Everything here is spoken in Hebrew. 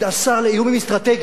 השר לאיומים אסטרטגיים,